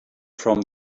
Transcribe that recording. from